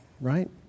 right